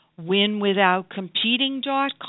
winwithoutcompeting.com